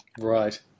Right